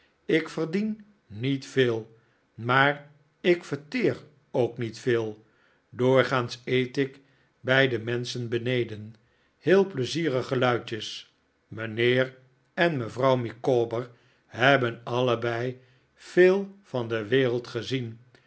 ik verdien niet veel maar ik verteer ook niet veel doorgaans eet ik bij de menschen beneden heel pleizierige luitjes mijnheer en mevrouw micawber hebben allebei veel van de wereld gezien